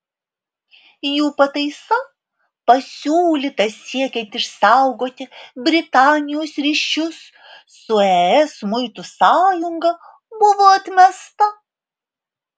jų pataisa pasiūlyta siekiant išsaugoti britanijos ryšius su es muitų sąjunga buvo atmesta